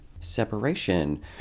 separation